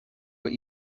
what